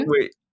wait